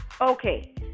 Okay